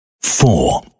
four